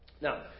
Now